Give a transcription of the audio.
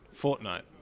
Fortnite